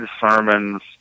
sermons